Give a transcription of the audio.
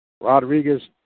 Rodriguez